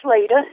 later